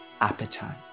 appetite